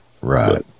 Right